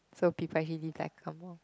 so people hate it like come